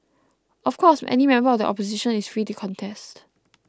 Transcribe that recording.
of course any member of the Opposition is free to contest